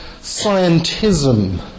scientism